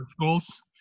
goals